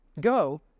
Go